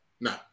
No